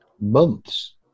months